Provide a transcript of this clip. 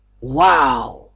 Wow